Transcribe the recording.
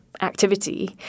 activity